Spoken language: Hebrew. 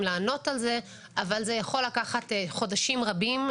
לענות על זה אבל זה עיכול לקחת חודשים רבים,